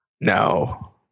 No